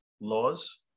laws